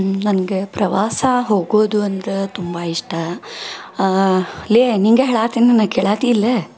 ನನಗೆ ಪ್ರವಾಸ ಹೋಗೋದು ಅಂದ್ರೆ ತುಂಬ ಇಷ್ಟ ಲೇ ನಿನಗೆ ಹೇಳಾತೀನಿ ನೀನ್ ಕೇಳತಿ ಇಲ್ಲೆ